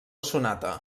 sonata